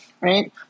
right